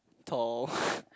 tall